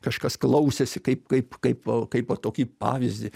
kažkas klausėsi kaip kaip kaip kaip va tokį pavyzdį